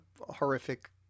horrific